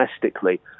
domestically